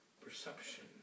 perception